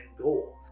goal